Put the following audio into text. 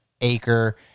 acre